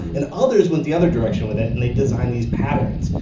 and others went the other direction with it, and they designed these patterns.